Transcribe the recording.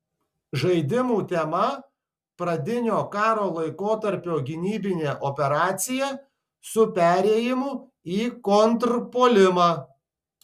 žaidimų tema pradinio karo laikotarpio gynybinė operacija su perėjimu į kontrpuolimą